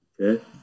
Okay